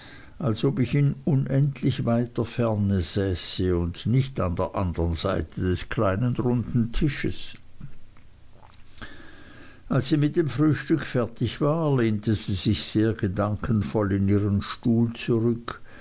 als ob ich in unendlich weiter ferne säße und nicht an der andern seite des kleinen runden tisches als sie mit dem frühstück fertig war lehnte sie sich sehr gedankenvoll in ihren stuhl zurück